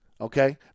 okay